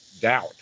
doubt